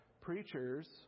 Preachers